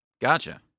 Gotcha